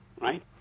right